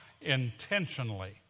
intentionally